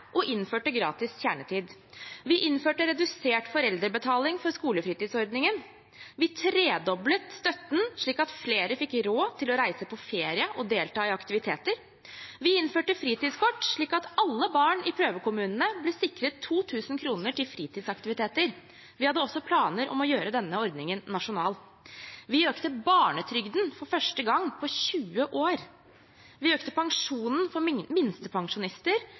og innførte gratis kjernetid. Vi innførte redusert foreldrebetaling for skolefritidsordningen. Vi tredoblet støtten slik at flere fikk råd til å reise på ferie og delta i aktiviteter. Vi innførte fritidskort slik at alle barn i prøvekommunene ble sikret 2 000 kr til fritidsaktiviteter. Vi hadde også planer om å gjøre denne ordningen nasjonal. Vi økte barnetrygden for første gang på 20 år. Vi økte pensjonen for minstepensjonister.